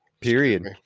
Period